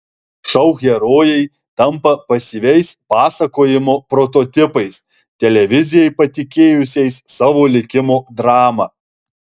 šou herojai tampa pasyviais pasakojimo prototipais televizijai patikėjusiais savo likimo dramą